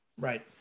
Right